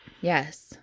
Yes